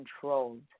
controlled